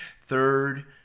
Third